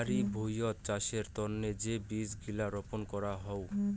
বাড়ি ভুঁইয়ত চাষের তন্ন যে বীজ গিলা রপন করাং হউ